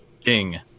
King